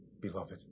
beloved